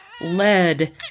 lead